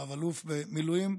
רב-אלוף במילואים,